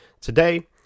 Today